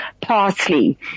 parsley